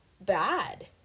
bad